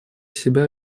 себя